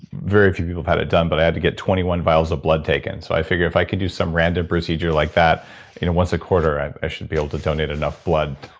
very few people have it done but i had to get twenty one vials of blood taken. so i figure if i could use some random procedure like that in once a quarter, i i should be able to donate enough blood